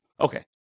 okay